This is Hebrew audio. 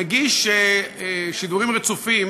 מגיש שידורים רצופים